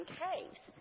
caves